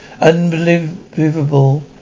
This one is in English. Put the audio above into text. Unbelievable